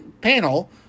panel